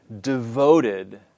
devoted